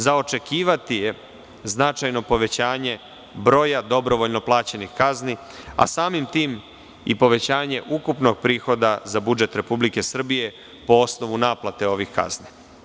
Za očekivati je značajno povećanje broja dobrovoljno plaćenih kazni, a samim tim i povećanje ukupnog prihoda za budžet Republike Srbije, po osnovu naplate ovih kazni.